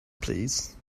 please